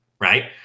right